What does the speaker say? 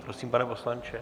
Prosím, pane poslanče.